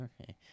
Okay